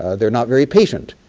ah they're not very patient.